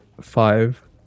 five